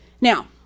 Now